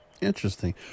Interesting